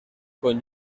con